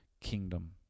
kingdom